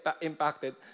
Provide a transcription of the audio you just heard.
impacted